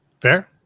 Fair